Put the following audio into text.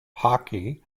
hockey